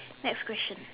next question